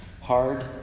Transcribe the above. Hard